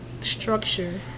structure